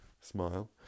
smile